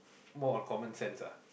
more on common sense ah